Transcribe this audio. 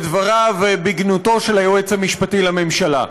לדבריו בגנותו של היועץ המשפטי לממשלה.